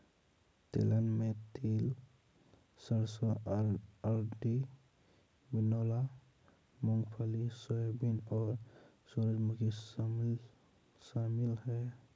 तिलहन में तिल सरसों अरंडी बिनौला मूँगफली सोयाबीन और सूरजमुखी शामिल है